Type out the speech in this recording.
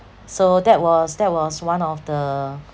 so that was that was one of the